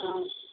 हँ